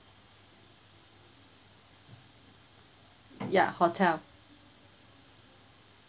ya hotel